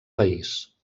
país